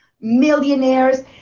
millionaires